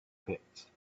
pits